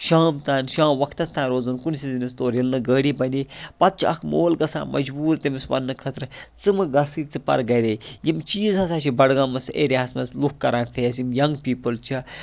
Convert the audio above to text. شام تانۍ شام وقتَس تانۍ روزُن کُنِسٕے زٔنِس تورٕ ییٚلہِ نہٕ گٲڑی بَنے پَتہٕ چھُ اَکھ مول گَژھان مجبور تٔمِس وَننہٕ خٲطرٕ ژٕ مہٕ گَژھٕے ژٕ پَر گَرے یِم چیز ہَسا چھِ بڈگامَس ایریا ہَس مَنٛز لُکھ کَران فیس یِم یَنگ پیپٕل چھِ